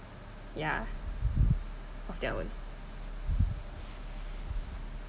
yeah of their own